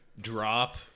drop